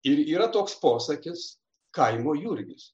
ir yra toks posakis kaimo jurgis